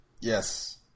Yes